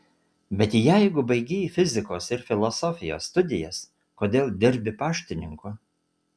bet jeigu baigei fizikos ir filosofijos studijas kodėl dirbi paštininku